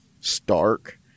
stark